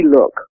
look